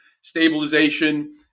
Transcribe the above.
stabilization